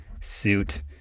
suit